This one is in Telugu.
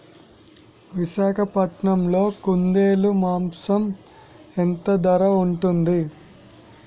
విశాఖపట్నంలో కుందేలు మాంసం ఎంత ధర ఉంటుంది?